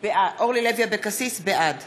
בעד